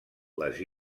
les